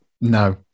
No